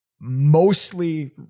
mostly